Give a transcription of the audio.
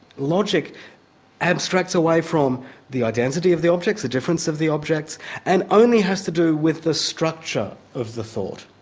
logic abstracts away from the identity of the objects, the difference of the objects and only has to do with the structure of the thought.